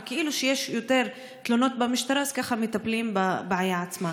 וכאילו כשיש יותר תלונות במשטרה אז כך מטפלים בבעיה עצמה.